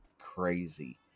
crazy